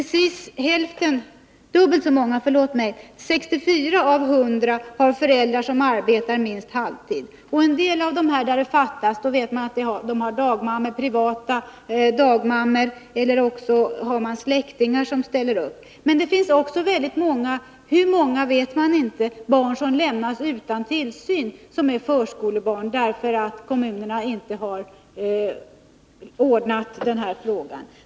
Dubbelt så många, 64 av 100, har föräldrar som arbetar minst halvtid. En del av dem som det fattas platser för vet man har privata dagmammor eller släktingar som ställer upp. Men det finns också 7 väldigt många förskolebarn — hur många vet man inte — som lämnas utan tillsyn därför att kommunerna inte har ordnat den här frågan.